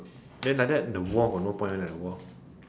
then like that the war got no point already the war